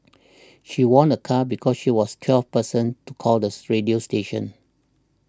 she won a car because she was twelfth person to call this radio station